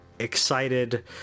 excited